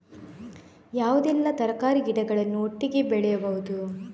ಯಾವುದೆಲ್ಲ ತರಕಾರಿ ಗಿಡಗಳನ್ನು ಒಟ್ಟಿಗೆ ಬೆಳಿಬಹುದು?